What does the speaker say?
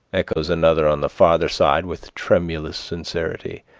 echoes another on the farther side with tremulous sincerity,